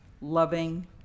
loving